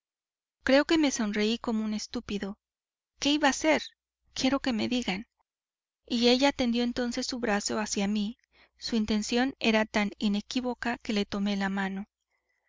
creo que me sonreí como un estúpido qué iba a hacer quiero que me digan y ella tendió entonces su brazo hacia mí su intención era tan inequívoca que le tomé la mano